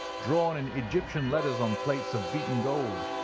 drawn in egyptian letters on plates of beaten gold,